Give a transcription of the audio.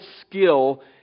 skill